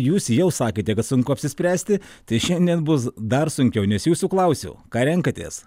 jūs jau sakėte kad sunku apsispręsti tai šiandien bus dar sunkiau nes jūsų klausiau ką renkatės